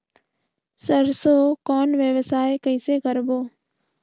सरसो कौन व्यवसाय कइसे करबो?